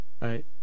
right